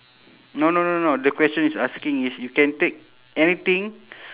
no no no no the question is asking is you can take anything